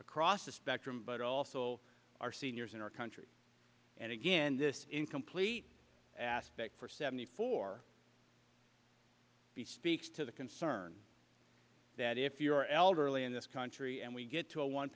across the spectrum but also our seniors in our country and again this incomplete aspect for seventy four b speaks to the concern that if you're elderly in this country and we get to a one